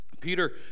Peter